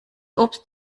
obst